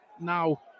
now